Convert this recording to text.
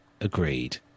Agreed